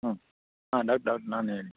ಹಾಂ ಹಾಂ ಡಾಕ್ ಡಾಕ್ ನಾನೇ ಹೇಳಿ